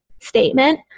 statement